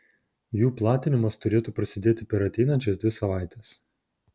jų platinimas turėtų prasidėti per ateinančias dvi savaites